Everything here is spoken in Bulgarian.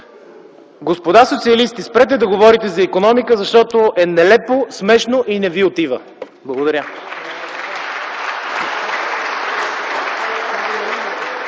Господа социалисти, спрете да говорите за икономика, защото е нелепо, смешно и не ви отива. Благодаря.